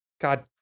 God